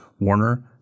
Warner